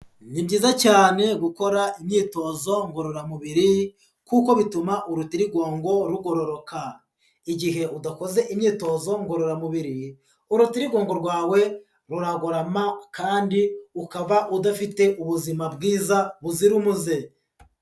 Ni byiza cyane, gukora imyitozo ngororamubiri, kuko bituma urutirigongo rugororoka. Igihe udakoze imyitozo ngororamubiri, urutirigongo rwawe ruragorama, kandi ukaba udafite ubuzima bwiza, buzira umuze.